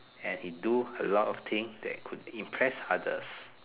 and he do a lot of thing that could impress others